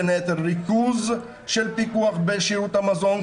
בין היתר ריכוז של פיקוח בשירות המזון,